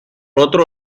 otro